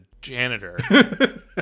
janitor